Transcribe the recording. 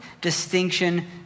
distinction